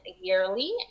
yearly